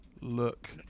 Look